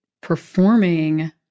performing